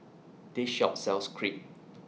This Shop sells Crepe